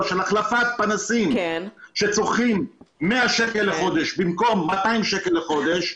של החלפת פנסים שצורכים מאה שקל לחודש במקום 200 שקל לחודש.